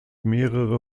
mehrere